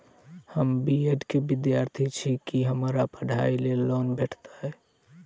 हम B Ed केँ विद्यार्थी छी, की हमरा पढ़ाई लेल लोन भेटतय?